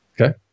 Okay